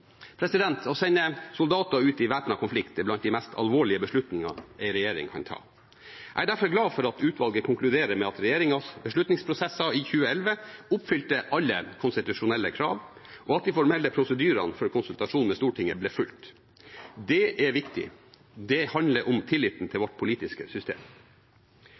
Å sende soldater ut i væpnet konflikt er blant de mest alvorlige beslutningene en regjering kan ta. Jeg er derfor glad for at utvalget konkluderer med at regjeringens beslutningsprosesser i 2011 oppfylte alle konstitusjonelle krav, og at de formelle prosedyrene for konsultasjon med Stortinget ble fulgt. Det er viktig. Det handler om tilliten til vårt politiske system.